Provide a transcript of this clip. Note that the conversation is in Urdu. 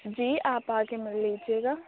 جی آپ آ کے مل لیجیے گا